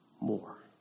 more